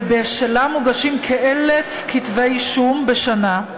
ובשלה מוגשים כ-1,000 כתבי-אישום בשנה.